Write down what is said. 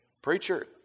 Preacher